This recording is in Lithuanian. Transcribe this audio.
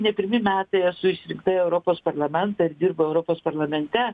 ne pirmi metai esu išrinkta į europos parlamentą dirbau europos parlamente